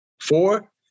Four